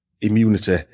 immunity